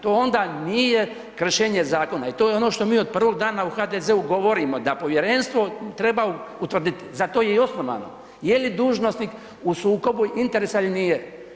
To onda nije kršenje zakona i to je ono što mi od prvog dana u HDZ-u govorimo, da Povjerenstvo treba utvrditi, za to je i osnovano, je li dužnosnik u sukobu interesa ili nije.